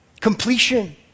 completion